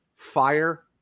fire